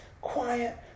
quiet